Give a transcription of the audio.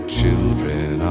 children